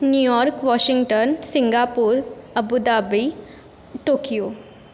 New York Washington Singapore Abu Dhabi Tokyo